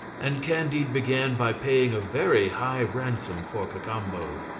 and candide began by paying a very high ransom for cacambo.